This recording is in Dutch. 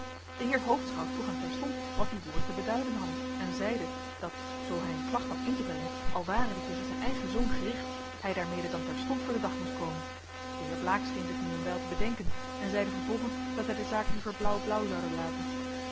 de heer hoofdschout vroeg hem terstond wat die woorden te beduiden hadden en zeide dat zoo hij een klacht had in te brengen al ware die tegen zijn eigen zoon gericht hij daarmede dan terstond voor den dag moest komen de heer blaek scheen zich nu een wijl te bedenken en zeide vervolgens dat hij de zaak liever blauw blauw zoude laten